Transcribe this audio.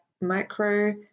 micro